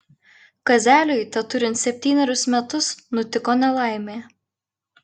kazeliui teturint septynerius metus nutiko nelaimė